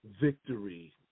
victory